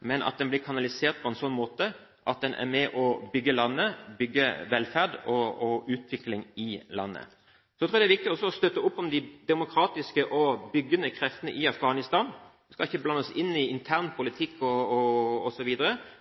men at den blir kanalisert på en måte som gjør at den er med på å bygge landet, bygge velferd og utvikling i landet. Så tror jeg også det er viktig å støtte opp om de demokratiske og byggende kreftene i Afghanistan. Vi skal ikke blande oss inn i intern politikk osv.